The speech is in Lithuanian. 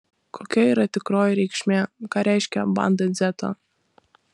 kokia yra tikroji reikšmė ką reiškia banda dzeta